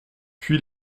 puy